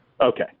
Okay